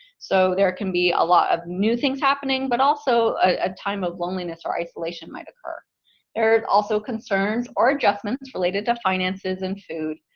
so there can be a lot of new things happening. but also a time of loneliness or isolation might occur. there are also concerns or adjustments related to finances and food.